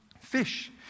Fish